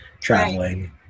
traveling